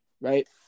right